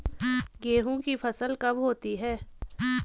गेहूँ की फसल कब होती है?